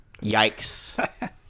Yikes